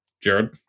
Jared